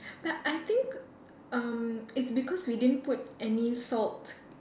but I think um it's because we didn't put any salt